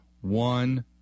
one